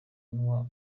n’uwa